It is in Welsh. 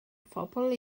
phobl